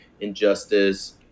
Injustice